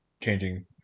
changing